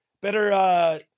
better